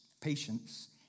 patience